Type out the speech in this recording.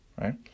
right